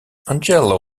angelo